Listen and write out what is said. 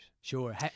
Sure